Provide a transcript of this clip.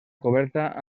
coberta